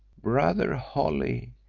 brother holly,